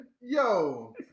Yo